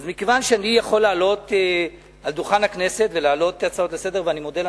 אז מכיוון שאני יכול לעלות על דוכן הכנסת ולהעלות הצעות לסדר-היום,